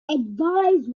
advice